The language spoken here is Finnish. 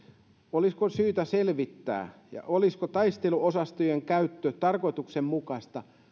olisiko syytä selvittää olisiko taisteluosastojen käyttö tarkoituksenmukaista